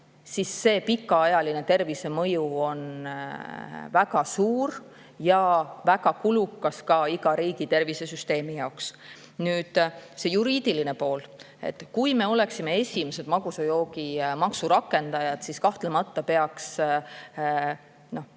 siis pikaajaline tervisemõju on väga suur ja väga kulukas ka iga riigi tervishoiusüsteemile. Juriidiline pool. Kui me oleksime esimesed magusa joogi maksu rakendajad, siis kahtlemata peaks